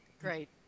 Great